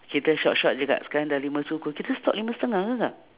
kita short short jer kak sekarang dah lima suku kita stop lima setengah ke kak